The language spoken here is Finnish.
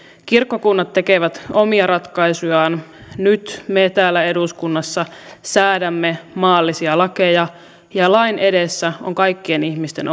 kirkkokunnat tekevät omia ratkaisujaan nyt me täällä eduskunnassa säädämme maallisia lakeja ja lain edessä on kaikkien ihmisten